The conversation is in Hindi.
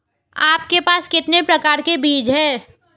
आपके पास कितने प्रकार के बीज हैं?